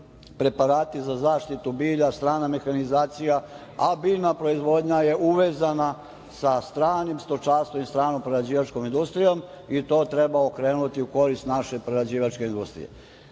preprati za zaštitu bilja, strana mehanizacija, a biljna proizvodnja je uvezana sa stranim stočarstvom i stranom prerađivačkom industrijom i to treba okrenuti u korist naše prerađivačke industrije. Ta